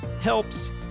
helps